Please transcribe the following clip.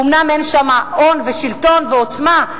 אומנם אין שם הון ושלטון ועוצמה,